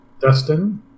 Dustin